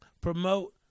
promote